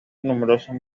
numerosos